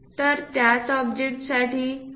तर त्याच ऑब्जेक्टसाठी 2